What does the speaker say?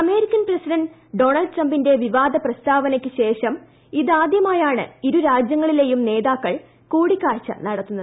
American president Donald ട്രംപിന്റെ വിവാദ പ്രസ്താവനയ്ക്ക് ശേഷം ഇതാദൃമായാണ് ഇരുരാജ്യങ്ങളിലേയും നേതാക്കൾ കൂടിക്കാഴ്ച നടത്തുന്നത്